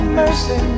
mercy